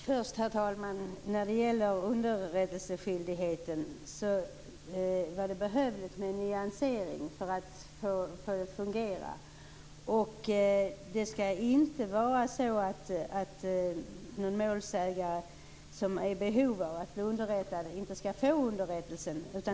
Herr talman! När det först gäller underrättelseskyldigheten vill jag säga att det var behövligt med en nyansering för att få det att fungera. Det skall inte vara så att en målsägare som är i behov av att bli underrättad inte skall få underrättelsen.